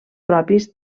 propis